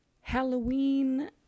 halloween